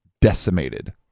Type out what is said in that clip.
decimated